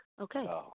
Okay